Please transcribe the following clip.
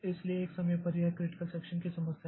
इसलिए एक समय पर यह क्रिटिकल सेक्षन की समस्या है